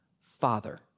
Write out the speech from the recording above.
Father